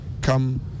come